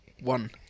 One